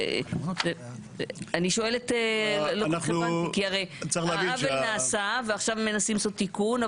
אני שואלת כי הרי העוול נעשה ועכשיו מנסים לעשות תיקון,